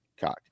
Cock